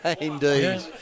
Indeed